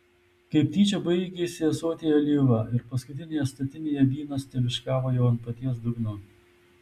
kaip tyčia baigėsi ąsotyje alyva ir paskutinėje statinėje vynas teliūškavo jau ant paties dugno